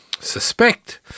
Suspect